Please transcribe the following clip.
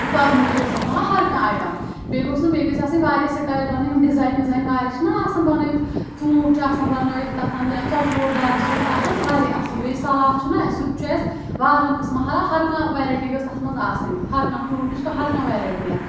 تہٕ کۄرمہٕ تہِ گوٚس آسُن مطلب ہر کانٛہہ آیٹم بیٚیہِ گوٚس نہٕ بیٚیہ گژھِ آسٕنۍ واریاہ سِٹایل بنٲوتھ یِم ڈِزاین وِزاین واریاہ چھِنا آسان بنٲیتھ ژوٗنٹھ چھُ آسان بنٲیتھ تتھٮ۪ن یا ژۄچوور دار سُہ آسان واریاہ اصل بیٚیہِ صلاد چھُ نہ اسہِ سُہ تہِ چھُ اسہِ واریاہن قٕسمن ہر کانٛہہ ویرایٹی گٔژھ تتھ منٛز آسٕنۍ ہر کانٛہہ فروٹٕچ ہر کانٛہہ ویرایٹی ین